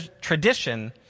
tradition